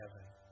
heaven